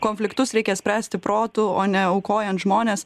konfliktus reikia spręsti protu o ne aukojant žmones